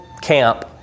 camp